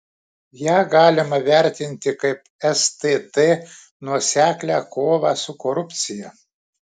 ją galima vertinti kaip stt nuoseklią kovą su korupcija